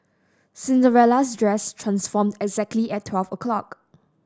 Cinderella's dress transformed exactly at twelve o'clock